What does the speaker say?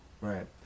Right